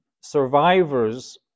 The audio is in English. survivors